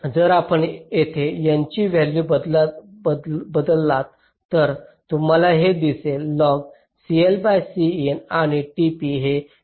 जर आपण येथे N ची व्हॅल्यू बदललात तर तुम्हाला हे दिसेल आणि tp हे कॉन्स्टेंट आहेत